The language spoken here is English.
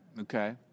Okay